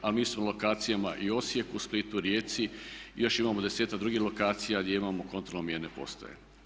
A mi smo na lokacijama i u Osijeku, Splitu, Rijeci i još imamo 10-ak drugih lokacija gdje imamo kontrolno mjerne postaje.